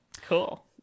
Cool